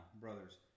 brothers